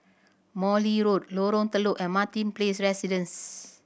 Morley Road Lorong Telok and Martin Place Residences